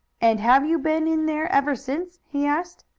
and have you been in there ever since? he asked.